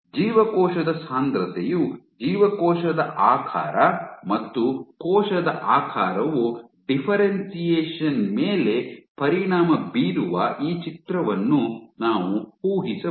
ಜೀವಕೋಶದ ಸಾಂದ್ರತೆಯು ಜೀವಕೋಶದ ಆಕಾರ ಮತ್ತು ಕೋಶದ ಆಕಾರವು ಡಿಫ್ಫೆರೆನ್ಶಿಯೇಷನ್ ಮೇಲೆ ಪರಿಣಾಮ ಬೀರುವ ಈ ಚಿತ್ರವನ್ನು ನಾವು ಊಹಿಸಬಹುದು